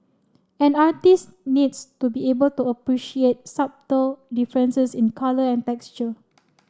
an artist needs to be able to appreciate subtle differences in colour and texture